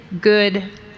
good